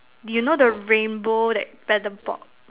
do you know the rainbow that paddle pop